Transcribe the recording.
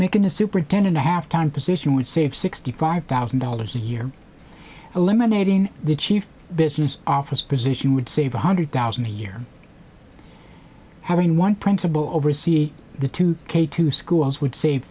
a superintendent a half time position would save sixty five thousand dollars a year eliminating the chief business office position would save one hundred thousand a year having one principal oversee the two k two schools would save